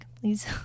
please